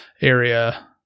area